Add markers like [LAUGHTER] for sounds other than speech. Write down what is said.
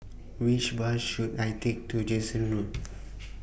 Which Bus should I Take to Jansen Road [NOISE]